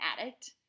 addict